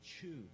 choose